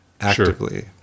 actively